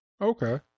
Okay